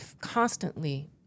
constantly